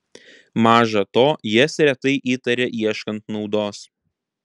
maža to jas retai įtaria ieškant naudos